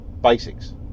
Basics